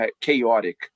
chaotic